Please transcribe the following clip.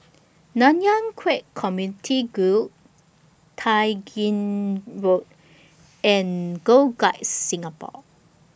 Nanyang Khek Community Guild Tai Gin Road and Girl Guides Singapore